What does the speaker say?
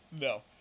No